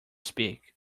speak